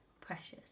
precious